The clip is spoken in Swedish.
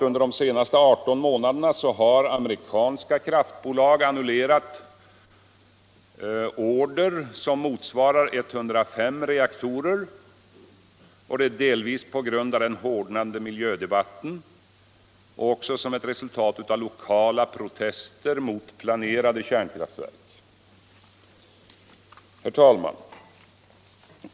Under de senaste 18 månaderna har ändå amerikanska kraftbolag annullerat order som motsvarar 105 reaktorer, delvis på grund av den hårdnande miljödebatten och också som resultat av lokala protester mot planerade kärnkraftverk. Herr talman!